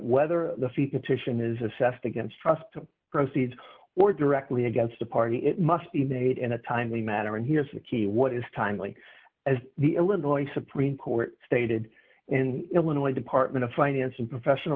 whether the fee petition is assessed against trust to proceed or directly against a party it must be made in a timely matter and here's the key what is timely as the illinois supreme court stated in illinois department of finance and professional